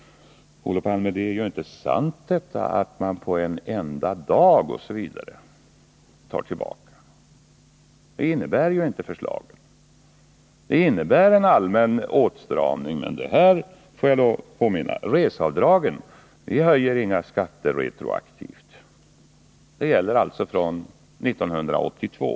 Det är inte sant, Olof Palme, att vi inom en enda dag tar ifrån LO-medlemmarna hela löneökningen. Det innebär inte förslaget, utan det innebär en allmän åtstramning. Får jag när det gäller reseavdragen påminna om att vi inte höjer några skatter retroaktivt. Förslaget gäller från 1982.